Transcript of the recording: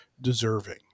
deserving